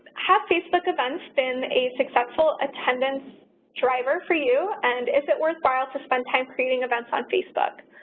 have facebook events been a successful attendance driver for you, and is it worthwhile to spend time creating events on facebook?